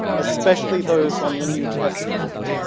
especially those on the new testament.